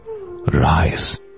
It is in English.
Rise